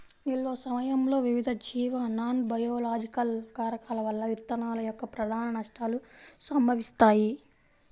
నిల్వ సమయంలో వివిధ జీవ నాన్బయోలాజికల్ కారకాల వల్ల విత్తనాల యొక్క ప్రధాన నష్టాలు సంభవిస్తాయి